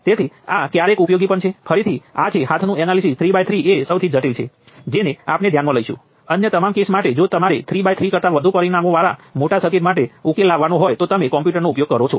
તેથી તમારે ફક્ત સ્વતંત્ર વોલ્ટેજ સ્ત્રોતની વ્યાખ્યાને નિયંત્રણ સ્ત્રોતની વ્યાખ્યા સાથે બદલવાની છે જે અહીં આપવામાં આવી છે